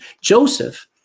Joseph